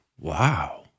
wow